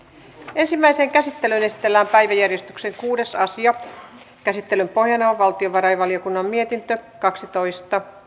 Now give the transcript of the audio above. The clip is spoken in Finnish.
ensimmäiseen käsittelyyn esitellään päiväjärjestyksen kuudes asia käsittelyn pohjana on valtiovarainvaliokunnan mietintö kaksitoista